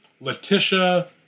Letitia